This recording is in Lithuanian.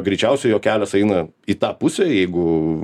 greičiausiai jo kelias eina į tą pusę jeigu